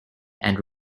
and